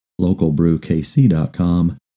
localbrewkc.com